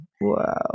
wow